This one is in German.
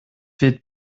wird